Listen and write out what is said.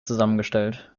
zusammengestellt